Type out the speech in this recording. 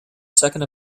second